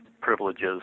privileges